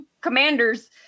commanders